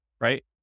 right